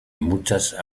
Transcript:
muchas